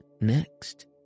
next